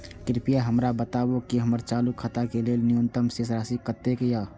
कृपया हमरा बताबू कि हमर चालू खाता के लेल न्यूनतम शेष राशि कतेक या